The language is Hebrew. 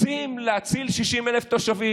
רוצים להציל 60,000 תושבים.